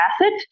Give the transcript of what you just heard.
acid